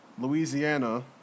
Louisiana